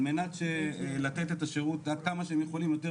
על מנת לתת את השירות עד כמה שהם יכולים טוב יותר